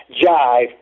jive